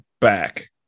back